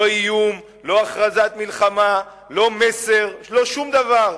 לא איום, לא הכרזת מלחמה, לא מסר, לא שום דבר.